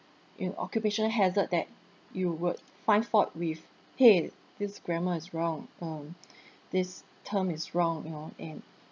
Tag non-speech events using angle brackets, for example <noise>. you know occupational hazard that you would find fault with !hey! this grammar is wrong um <breath> this term is wrong you know and